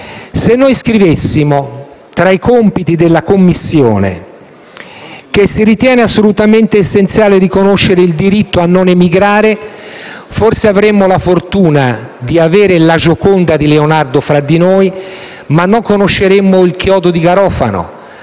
Se noi scrivessimo che tra i compiti della Commissione si ritiene assolutamente essenziale riconoscere il diritto a non emigrare, forse avremmo la fortuna di avere la Gioconda di Leonardo fra di noi ma non conosceremmo il chiodo di garofano,